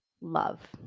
love